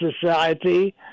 society